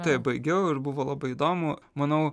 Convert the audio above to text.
taip baigiau ir buvo labai įdomu manau